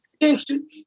attention